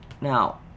Now